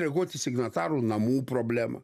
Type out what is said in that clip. reaguoti į signatarų namų problemą